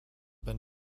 been